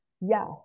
Yes